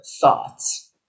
thoughts